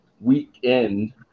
weekend